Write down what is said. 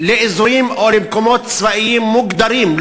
לאזורים או למקומות צבאיים מוגדרים,